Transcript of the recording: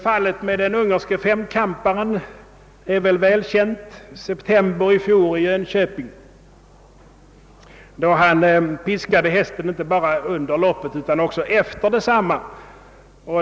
Fallet med den ungerske femkamparen i Jönköping är välkänt. I september i fjol piskade han sin häst inte bara under loppet utan också efter detsamma.